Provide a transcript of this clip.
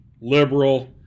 liberal